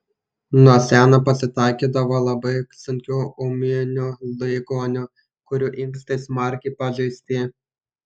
nuo seno pasitaikydavo labai sunkių ūminių ligonių kurių inkstai smarkiai pažeisti